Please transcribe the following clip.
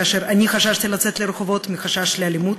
כאשר חששתי לצאת לרחובות מחשש לאלימות,